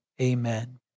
amen